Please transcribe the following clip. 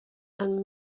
and